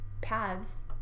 paths